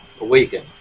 awaken